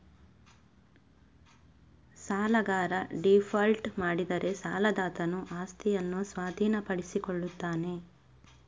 ಸಾಲಗಾರ ಡೀಫಾಲ್ಟ್ ಮಾಡಿದರೆ ಸಾಲದಾತನು ಆಸ್ತಿಯನ್ನು ಸ್ವಾಧೀನಪಡಿಸಿಕೊಳ್ಳುತ್ತಾನೆ